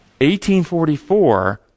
1844